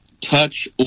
touch